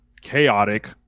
chaotic